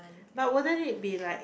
but wouldn't it be like